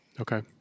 Okay